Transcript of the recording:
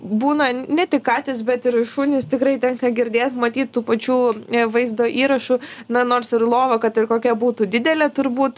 būna ne tik katės bet ir šunys tikrai tenka girdėt matyt tų pačių vaizdo įrašų na nors ir lova kad ir kokia būtų didelė turbūt